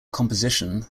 composition